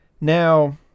Now